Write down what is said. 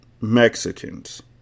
Mexicans